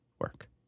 work